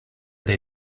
they